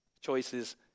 Choices